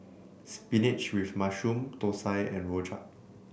Spinach with Mushroom Thosai and Rojak